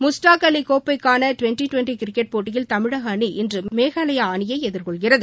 முஸ்டாக் அவி கோப்பைக்கான twenty twenty cricket போட்டியில் தமிழக அணி இன்று மேகாலயா அணியை எதிர்கொள்கிறது